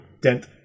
Dent